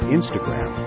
Instagram